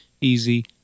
easy